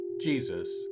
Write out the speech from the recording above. Jesus